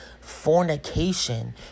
fornication